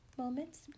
moments